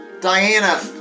Diana